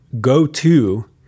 go-to